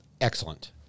excellent